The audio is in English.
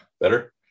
Better